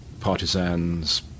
partisans